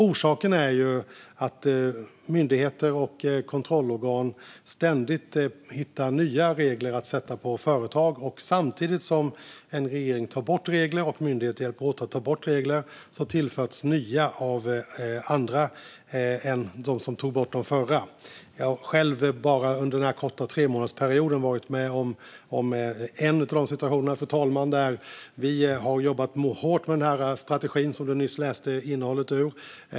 Orsaken är att myndigheter och kontrollorgan ständigt hittar nya regler för företag och att samtidigt som en regering tar bort regler och myndigheter hjälps åt att ta bort regler tillförs nya av andra än de som tog bort de förra. Jag har själv bara under den korta tremånadersperioden varit med om en sådan situation, fru talman. Vi har jobbat hårt med den strategi som Alexander Christiansson nyss läste upp innehållet i.